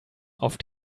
auf